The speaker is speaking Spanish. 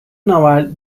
naval